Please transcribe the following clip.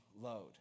load